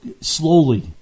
Slowly